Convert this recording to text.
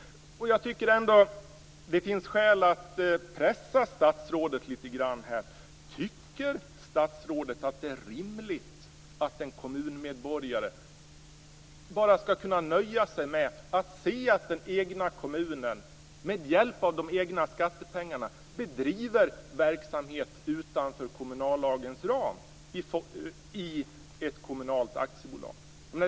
Jag tycker ändå att det finns skäl att träffa statsrådet litet grand. Tycker statsrådet att det är rimligt att en kommunmedborgare skall nöja sig med att se att den egna kommunen med hjälp av de egna skattepengarna bedriver verksamhet utanför kommunallagens ram i ett kommunalt aktiebolag?